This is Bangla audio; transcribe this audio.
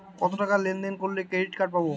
কতটাকা লেনদেন করলে ক্রেডিট কার্ড পাব?